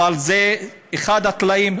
אבל זה אחד הטלאים,